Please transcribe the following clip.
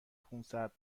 خونسرد